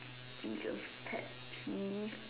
he just pat the